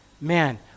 Man